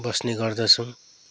बस्ने गर्दछौँ